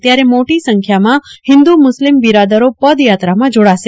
ત્યારે મોટી સંખ્યામાં હિન્દુ મુસ્લીમ બિરાદશે પદયાત્રમાં જોડાશે